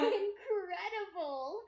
incredible